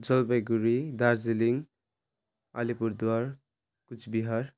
Jalpaiguri Darjeeling Alipurduar Cooch Behar